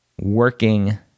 working